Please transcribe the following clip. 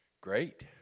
Great